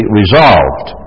resolved